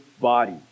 body